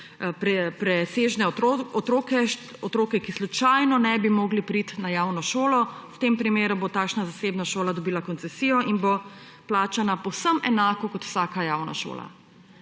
presežne otroke, otroke, ki slučajno ne bi mogli priti na javno šolo, v tem primeru bo takšna zasebna šola dobila koncesijo in bo plačana povsem enako, kot vsaka javna šola.